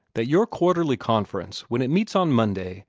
that your quarterly conference, when it meets on monday,